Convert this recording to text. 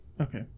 okay